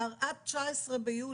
עד 19 ביולי.